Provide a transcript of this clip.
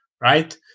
right